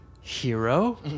Hero